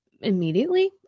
immediately